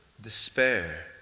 despair